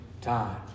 time